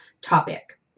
topic